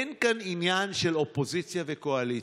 אין כאן עניין של אופוזיציה וקואליציה.